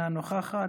אינה נוכחת,